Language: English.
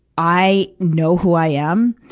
i know who i am.